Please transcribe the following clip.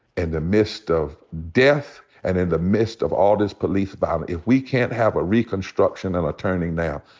and the midst of death, and in the midst of all this police violence, but um if we can't have a reconstruction and a turning now,